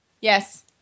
Yes